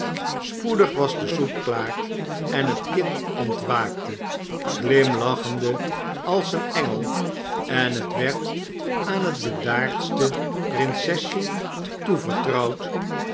spoedig was de soep klaar en het kind ontwaakte glimlachende als een engel en het werd aan het bedaardste prinsesje toevertrouwd